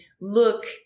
look